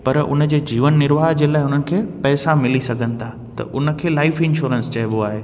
पर उन जे जीवन निरवाह जे लाइ माण्हुनि खे पैसा मिली सघनि था त उन खे लाइफ इंश्योरेंस चइबो आहे